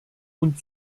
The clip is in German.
und